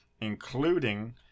including